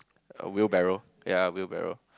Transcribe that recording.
a wheelbarrow yea a wheelbarrow